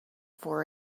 for